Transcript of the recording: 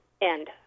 end